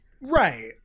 Right